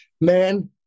man